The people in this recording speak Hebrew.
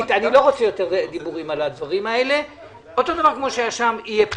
אותו דבר כמו שהיה שם, יהיה פה.